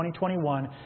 2021